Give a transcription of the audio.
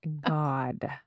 God